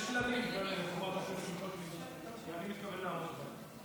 יש כללים, ואני מתכוון לעמוד בהם.